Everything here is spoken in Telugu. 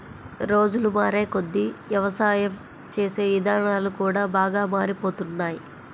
రోజులు మారేకొద్దీ యవసాయం చేసే ఇదానాలు కూడా బాగా మారిపోతున్నాయ్